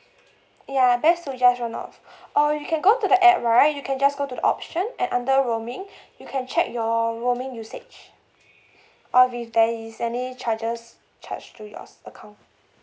ya best to just turn off or you can go to the app right you can just go to the option at under roaming you can check your roaming usage uh if there is any charges charged to yours account